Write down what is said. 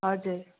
हजुर